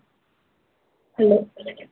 hello